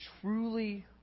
truly